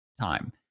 time